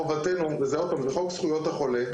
חובתנו, ועוד פעם, זה חוק זכויות החולה,